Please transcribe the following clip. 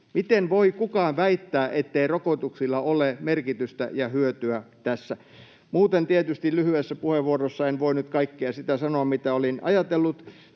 Miten voi kukaan väittää, ettei rokotuksilla ole merkitystä ja hyötyä tässä? Muuten tietysti lyhyessä puheenvuorossa en voi nyt sanoa kaikkea sitä, mitä olin ajatellut,